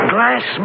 Glass